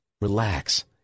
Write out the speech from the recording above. Relax